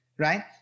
Right